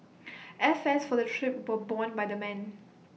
airfares for the trip borne borne by the men